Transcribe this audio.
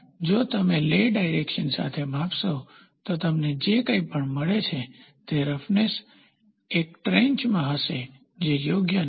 જો તમે લે ડાયરેકશન સાથે માપશો તો તમને જે કંઈપણ મળે તે રફનેસ એક ટ્રેન્ચમાં હશે જે યોગ્ય નથી